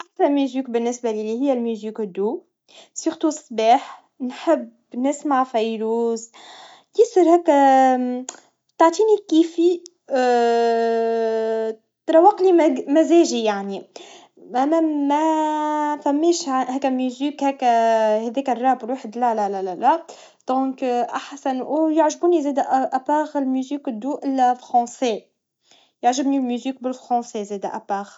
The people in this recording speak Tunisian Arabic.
موسيقاي المفضلة هي الموسيقى العربية، خصوصًا الأغاني القديمة. نحب صوت أم كلثوم وفيروز، لأنهم يعبروا عن مشاعر عميقة. زادة، نحب الموسيقى الشعبية التونسية، لأنها تعكس ثقافتنا وتاريخنا. الموسيقى تجعلني نشعر بالراحة وتخلي الأوقات أحلى.